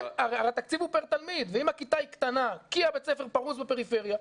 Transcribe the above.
הרי התקציב הוא פר תלמיד ואם הכיתה קטנה כי בית הספר פרוש בפריפריה,